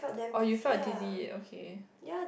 oh you felt dizzy okay